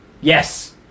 Yes